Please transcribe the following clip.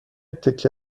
تکه